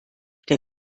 der